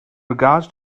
regards